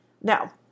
Now